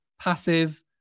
passive